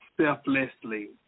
selflessly